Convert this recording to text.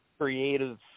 creative